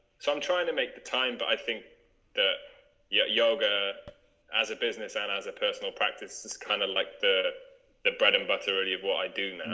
so i'm trying to make the time but i think the yeah yoga as a business and as a personal practice is kind of like the the bread and butter really of what i do now